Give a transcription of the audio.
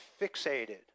fixated